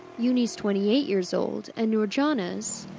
yuni's twenty eight years old and nurjana's,